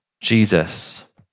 Jesus